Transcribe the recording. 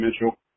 mitchell